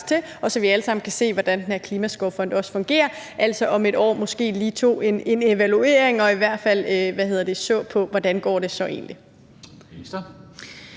så vi alle sammen kan se, hvordan den her Klimaskovfond fungerer – altså at vi om et år måske lige laver en evaluering og i hvert fald ser på, hvordan det så egentlig